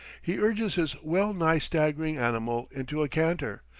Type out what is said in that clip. he urges his well-nigh staggering animal into a canter,